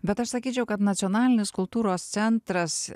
bet aš sakyčiau kad nacionalinis kultūros centras